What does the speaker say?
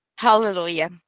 Hallelujah